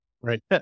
Right